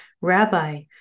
Rabbi